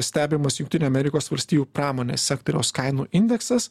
stebimas jungtinių amerikos valstijų pramonės sektoriaus kainų indeksas